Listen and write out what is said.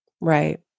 Right